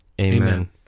Amen